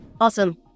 Awesome